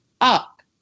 up